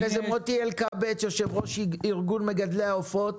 אחרי זה מוטי אלקבץ, יושב-ראש ארגון מגדלי העופות,